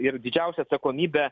ir didžiausią atsakomybę